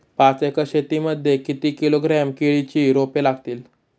पाच एकर शेती मध्ये किती किलोग्रॅम केळीची रोपे लागतील?